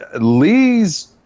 Lee's